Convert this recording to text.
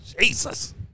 Jesus